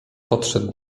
podszedł